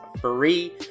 free